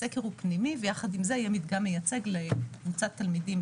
הסקר הוא פנימי ויחד עם זה יהיה מדגם מייצג לקבוצת תלמידים,